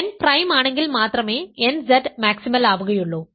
n prime ആണെങ്കിൽ മാത്രമേ nZ maximal ആവുകയുള്ളൂ